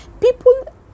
people